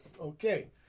Okay